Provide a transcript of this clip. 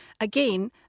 again